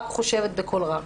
אני רק חושבת בקול רם,